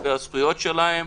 כלפי זכויותיהם,